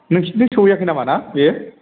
नोंसिनिथिं सौहैयाखै नामा ना बेयो